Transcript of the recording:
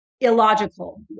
illogical